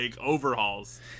overhauls